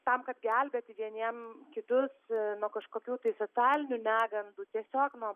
tam kad gelbėti vieniem kitus nuo kažkokių tai socialinių negandų tiesiog nuo